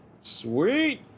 sweet